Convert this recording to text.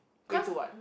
cause m~